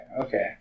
okay